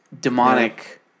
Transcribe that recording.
demonic